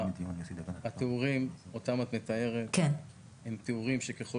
התיאורים שאותם את מתארת הם תיאורים שככל